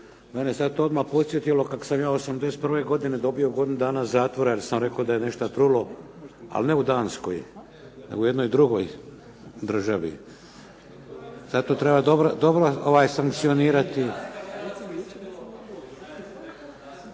Mene je sada to odmah podsjetio kako sam ja '81. godine dobio godinu dana zatvora jer sam rekao da je nešto trulo ali ne u Danskoj, nego u jednoj drugoj državi. Zato treba dobro sankcionirati.